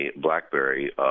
BlackBerry